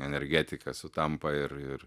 energetika sutampa ir ir